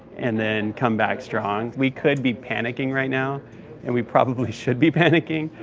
and then come back strong. we could be panicking right now and we probably should be panicking,